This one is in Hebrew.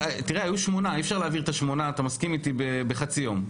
היו 8. תסכים איתי שאי-אפשר להעביר 8 בחצי יום.